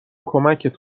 کمک